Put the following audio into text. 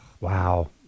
Wow